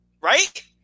right